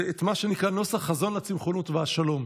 את מה שנקרא" חזון הצמחונות והשלום",